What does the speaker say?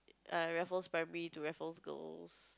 err Raffles Primary to Raffles Girls